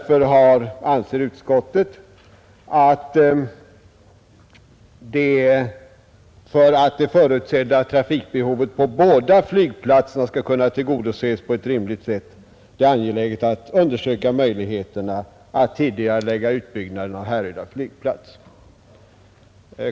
För att det förutsedda trafikbehovet på båda flygplatserna skall kunna tillgodoses på ett rimligt sätt anser utskottet det därför vara angeläget att undersöka möjligheterna att tidigarelägga utbyggnaden av Härryda flygplats.